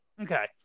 Okay